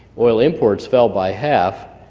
oil imports fell by half,